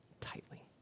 tightly